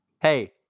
Hey